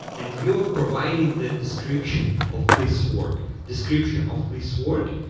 and you're providing the description of this work, description of this work,